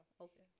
okay